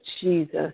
Jesus